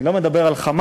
אני לא מדבר על "חמאס",